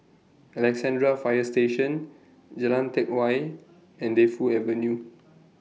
Alexandra Fire Station Jalan Teck Whye and Defu Avenue